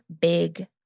big